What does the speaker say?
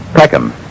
Peckham